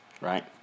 right